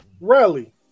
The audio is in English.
Rally